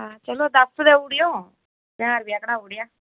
चलो दस देई ओड़ेओ ज्हार रपेआ घटाई उड़ेआ